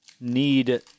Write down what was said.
need